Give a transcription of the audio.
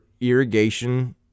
irrigation